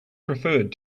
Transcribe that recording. preferred